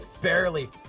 barely